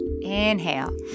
Inhale